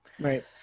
Right